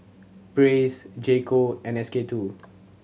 Praise J Co and S K Two